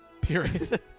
period